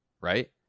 right